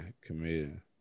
Comedian